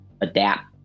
adapt